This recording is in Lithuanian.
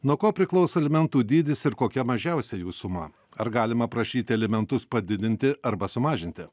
nuo ko priklauso alimentų dydis ir kokia mažiausia jų suma ar galima prašyti alimentus padidinti arba sumažinti